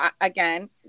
again